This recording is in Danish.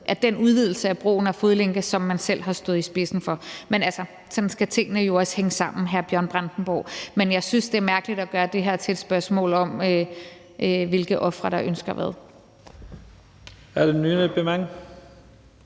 i den udvidelse af brugen af fodlænke, som man selv har stået i spidsen for. Men sådan skal tingene jo også hænge sammen, hr. Bjørn Brandenborg. Men jeg synes, det er mærkeligt at gøre det her til et spørgsmål om, hvilke ofre der ønsker hvad.